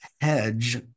hedge